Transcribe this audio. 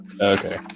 Okay